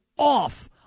off